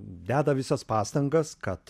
deda visas pastangas kad